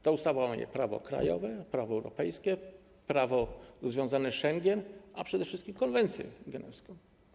Ta ustawa łamie prawo krajowe, prawo europejskie, prawo związane z Schengen, a przede wszystkim konwencję genewską.